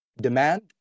demand